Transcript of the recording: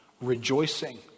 rejoicing